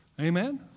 Amen